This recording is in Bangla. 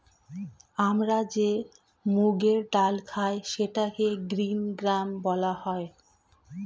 আমরা যে মুগের ডাল খাই সেটাকে গ্রীন গ্রাম বলা হয়